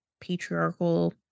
patriarchal